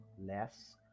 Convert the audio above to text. less